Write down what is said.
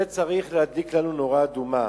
זה צריך להדליק לנו נורה אדומה: